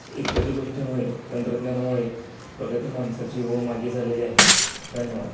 इत्यादी गोष्टीमुळे तंत्रज्ञानामुळे प्रगती माणसाची व माझी झालेली आहे धन्यवाद